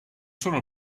sono